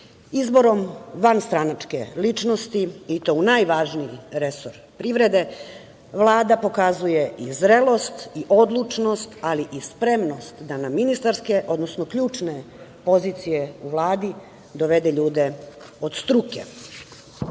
vanstranačke ličnosti i to u najvažniji resor privrede Vlada pokazuje i zrelost i odlučnost, ali i spremnost da na ministarske, odnosno ključne pozicije u Vladi dovede ljude od struke.I